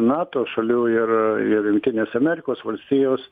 nato šalių ir ir jungtinės amerikos valstijos